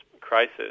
crisis